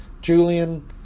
Julian